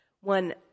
one